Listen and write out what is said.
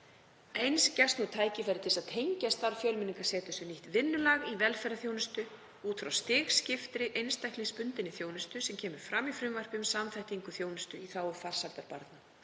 Eins gefst nú tækifæri til að tengja starf Fjölmenningarseturs við nýtt vinnulag í velferðarþjónustu út frá stigskiptri einstaklingsbundinni þjónustu sem kemur fram í frumvarpi um samþættingu þjónustu í þágu farsældar barna.